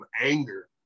anger